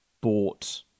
bought